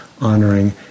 honoring